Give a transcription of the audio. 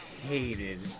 hated